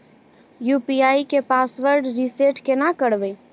UPI के password reset केना करबे?